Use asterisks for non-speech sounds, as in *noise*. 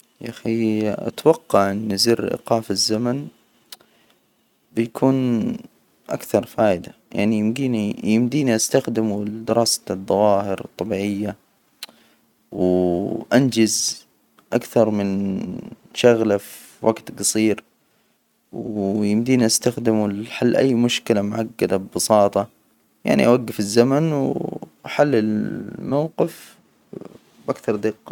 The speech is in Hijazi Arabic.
يا أخي أتوقع إن زر إيقاف الزمن، *hesitation* بيكون أكثر فائدة، يعني يمدينى-يمديني أستخدمه لدراسة الظواهر الطبيعية. *hesitation* وأنجز أكثر من شغلة في وجت قصير، و يمديني أستخدمه لحل أي مشكلة معجدة ببساطة، يعني أوجف الزمن و أحلل الموقف بأكثر دقة.